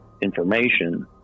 information